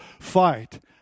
fight